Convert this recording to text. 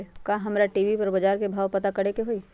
का हमरा टी.वी पर बजार के भाव पता करे के होई?